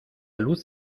luz